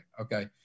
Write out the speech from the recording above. okay